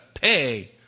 pay